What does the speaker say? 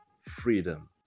freedom